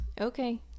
Okay